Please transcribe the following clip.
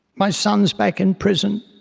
my son is back in prison,